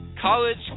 College